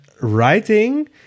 writing